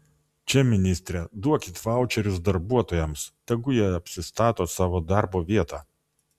čia ministre duokit vaučerius darbuotojams tegul jie apsistato savo darbo vietą